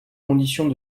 conditions